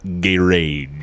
garage